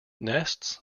nests